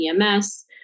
EMS